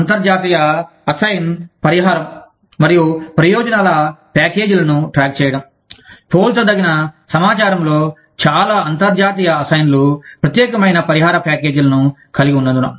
అంతర్జాతీయ అసైన్ పరిహారం మరియు ప్రయోజనాల ప్యాకేజీలను ట్రాక్ చేయడం పోల్చదగిన సమాచారంలో చాలా అంతర్జాతీయ అసైన్లు ప్రత్యేకమైన పరిహార ప్యాకేజీలను కలిగి ఉన్నందున